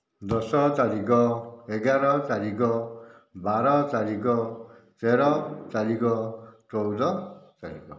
ଦଶ ତାରିଖ ଏଗାର ତାରିଖ ବାର ତାରିଖ ତେର ତାରିଖ ଚଉଦ ତାରିଖ